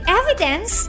evidence